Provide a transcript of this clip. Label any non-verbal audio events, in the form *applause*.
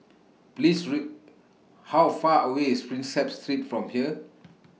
*unintelligible* How Far away IS Prinsep Street from here *noise*